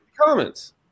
comments